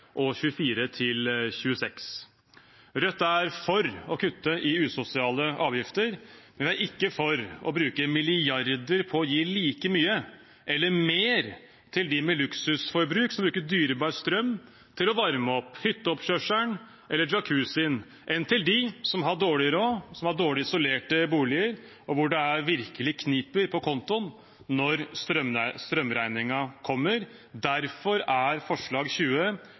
og nr. 24– 26. Rødt er for å kutte i usosiale avgifter, men vi er ikke for å bruke milliarder på å gi like mye – eller mer – til dem med luksusforbruk, som bruker dyrebar strøm til å varme opp hytteoppkjørselen, eller Jacuzzien, enn til dem som har dårlig råd, som har dårlig isolerte boliger, og hvor det virkelig kniper på kontoen når strømregningen kommer. Derfor er forslag nr. 20